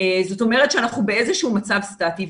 זאת אומרת שאנחנו באיזה שהוא מצב סטטי.